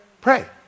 pray